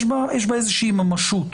יש בה איזה שהיא ממשות.